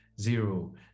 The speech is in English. zero